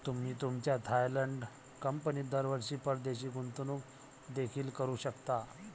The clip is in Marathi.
तुम्ही तुमच्या थायलंड कंपनीत दरवर्षी परदेशी गुंतवणूक देखील करू शकता